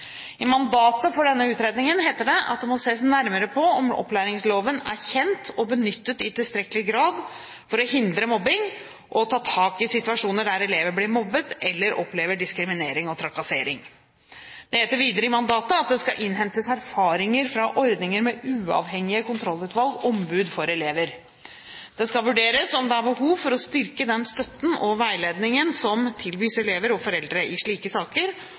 I mandatet for denne utredningen heter det at det må ses nærmere på om opplæringsloven er kjent og benyttet i tilstrekkelig grad for å hindre mobbing og ta tak i situasjoner der elever blir mobbet eller opplever diskriminering og trakassering. Det heter videre i mandatet at det skal innhentes erfaringer fra ordninger med uavhengige kontrollutvalg/ombud for elever. Det skal vurderes om det er behov for å styrke den støtten og veiledningen som tilbys elever og foreldre i slike saker,